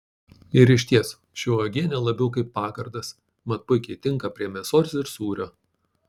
ir išties ši uogienė labiau kaip pagardas mat puikiai tinka prie mėsos ir sūrio